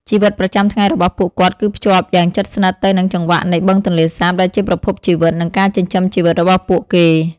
ជីវិតប្រចាំថ្ងៃរបស់ពួកគាត់ គឺភ្ជាប់យ៉ាងជិតស្និទ្ធទៅនឹងចង្វាក់នៃបឹងទន្លេសាប ដែលជាប្រភពជីវិតនិងការចិញ្ចឹមជីវិតរបស់ពួកគេ។